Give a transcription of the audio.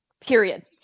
period